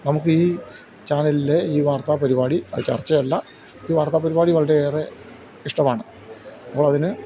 നമുക്ക് ഈ ചാനലിലെ ഈ വാർത്താപരിപാടി അത് ചർച്ചയല്ല ഈ വാർത്താപരിപാടി വളരെ ഏറെ ഇഷ്ടമാണ് നമ്മളതിന്